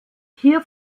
hier